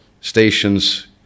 stations